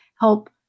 help